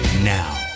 Now